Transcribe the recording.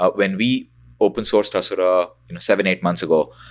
ah when we open sourced hasura seven, eight months ago